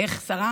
איך שרה